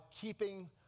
keeping